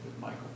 Michael